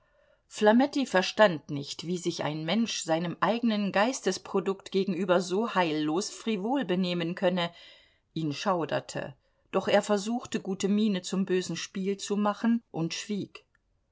flametti verstand nicht wie sich ein mensch seinem eigenen geisterprodukt gegenüber so heillos frivol benehmen könne ihn schauderte doch er versuchte gute miene zum bösen spiel zu machen und schwieg